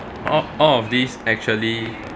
all all of this actually